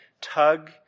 tug